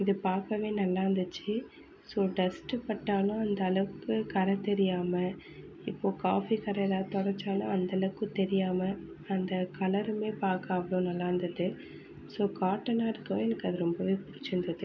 இது பார்க்கவே நல்லாருந்துச்சு ஸோ டஸ்ட்டு பட்டாலும் அந்த அளவுக்கு கர தெரியாமல் இப்போ காஃபீ கற எதா தொடச்சாலும் அந்தளவுக்கு தெரியாமல் அந்த கலருமே பாக்க அவ்வளோக நல்லாருந்தது ஸோ காட்டனாக இருக்கவும் எனக்கு அது ரொம்பவே பிடிச்சிருந்தது